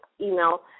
email